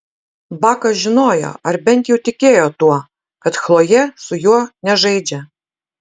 bakas žinojo ar bent jau tikėjo tuo kad chlojė su juo nežaidžia